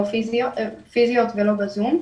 פיזיות ולא בזום,